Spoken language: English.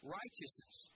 righteousness